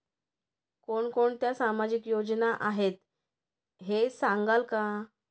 कोणकोणत्या सामाजिक योजना आहेत हे सांगाल का?